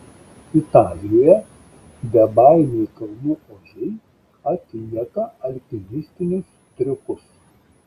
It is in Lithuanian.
italijoje bebaimiai kalnų ožiai atlieka alpinistinius triukus